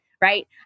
right